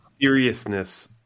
seriousness